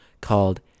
called